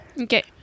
Okay